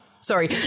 Sorry